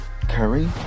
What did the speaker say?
Curry